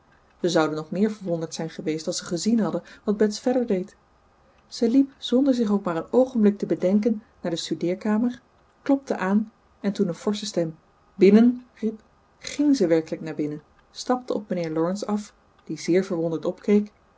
ze zouden nog meer verwonderd zijn geweest als ze gezien hadden wat bets verder deed ze liep zonder zich ook maar een oogenblik te bedenken naar de studeerkamer klopte aan en toen een forsche stem binnen riep ging ze werkelijk naar binnen stapte op mijnheer laurence af die zeer verwonderd opkeek